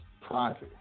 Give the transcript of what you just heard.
private